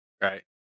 Right